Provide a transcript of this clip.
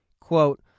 Quote